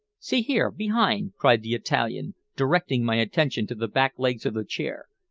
see here, behind! cried the italian, directing my attention to the back legs of the chair,